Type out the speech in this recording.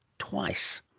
twice.